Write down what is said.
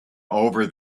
over